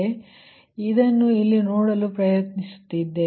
ಇಲ್ಲಿ ಅದನ್ನು ನೋಡಲು ಪ್ರಯತ್ನಿಸುತ್ತಿದ್ದೇವೆ